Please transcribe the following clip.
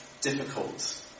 difficult